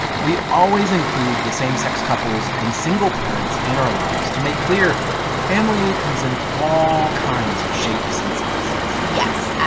we always include the same-sex couples and single parents in our lives to make clear family comes in all kinds of shapes and sizes yes.